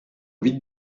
vide